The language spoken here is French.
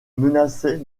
menaçait